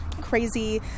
crazy